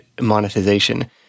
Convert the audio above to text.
monetization